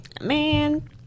man